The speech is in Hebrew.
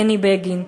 בני בגין?